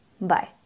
Bye